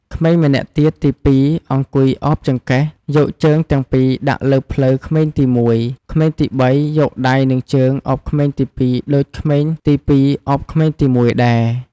ក្មេងម្នាក់ទៀតទី២ អង្គុយ ឱបចង្កេះយកជើងទាំងពីរដាក់លើភ្លៅក្មេងទី១ ក្មេងទី៣ យកដៃនឹងជើងឱបក្មេងទី២ ដូចក្មេងទី២ ឱបក្មេងទី១ ដែរ។